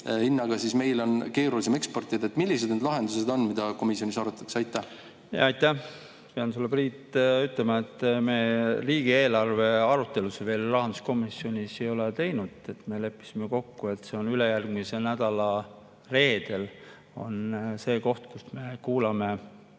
hinnaga, siis meil on keerulisem eksportida? Millised need lahendused on, mida komisjonis arutatakse? Aitäh! Pean sulle, Priit, ütlema, et me riigieelarve arutelusid veel rahanduskomisjonis ei ole teinud. Me leppisime kokku, et ülejärgmise nädala reede on see, kui me kuulame